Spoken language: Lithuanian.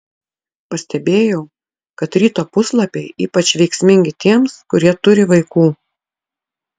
pastebėjau kad ryto puslapiai ypač veiksmingi tiems kurie turi vaikų